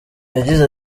yagize